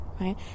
Right